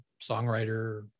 songwriter